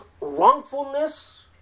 wrongfulness